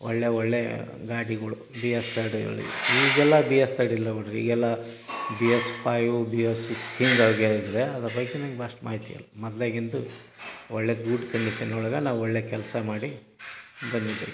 ಒಳ್ಳೆಯ ಒಳ್ಳೆಯ ಗಾಡಿಗಳು ಬಿ ಎಸ್ ತರ್ಡ್ ಈಗೆಲ್ಲ ಬಿ ಎಸ್ ತರ್ಡ್ ಇಲ್ಲ ಬಿಡ್ರಿ ಈಗೆಲ್ಲ B S five B S six ಹಿಂಗೆ ಅಂದರೆ ಅದರ ಬಗ್ಗೆ ನನ್ಗೆ ಅಷ್ಟು ಮಾಹಿತಿಯಿಲ್ಲ ಮೊದ್ಲಾಗಿಂದು ಒಳ್ಳೆಯ ಗುಡ್ ಕಂಡೀಷನ್ ಒಳಗೆ ನಾವು ಒಳ್ಳೆಯ ಕೆಲಸ ಮಾಡಿ ಬಂದಿದ್ದು ರೀ